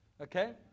Okay